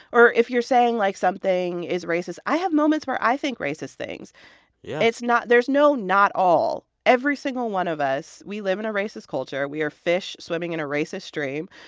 or if you're saying, like, something is racist, i have moments where i think racist things yeah it's not there's no not all. every single one of us, we live in a racist culture. we are fish swimming in a racist stream.